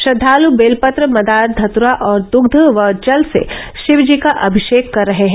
श्रद्वालु बेलपत्र मदार धतूरा और दुध व जल से शिवजी का अमिषेक कर रहे हैं